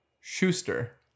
Schuster